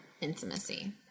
intimacy